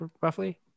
roughly